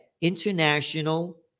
international